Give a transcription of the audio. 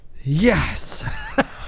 Yes